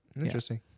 Interesting